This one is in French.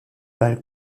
balle